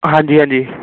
ਹਾਂਜੀ ਹਾਂਜੀ